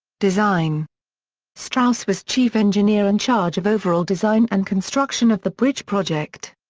design strauss was chief engineer in charge of overall design and construction of the bridge project.